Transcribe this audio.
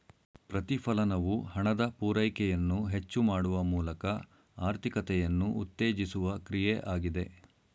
ಪ್ರತಿಫಲನವು ಹಣದ ಪೂರೈಕೆಯನ್ನು ಹೆಚ್ಚು ಮಾಡುವ ಮೂಲಕ ಆರ್ಥಿಕತೆಯನ್ನು ಉತ್ತೇಜಿಸುವ ಕ್ರಿಯೆ ಆಗಿದೆ